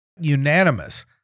unanimous